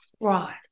fraud